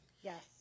Yes